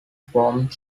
formed